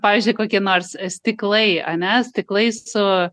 pavyzdžiui kokie nors stiklai ane stiklai su